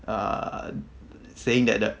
err saying that the